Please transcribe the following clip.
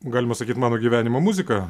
galima sakyt mano gyvenimo muzika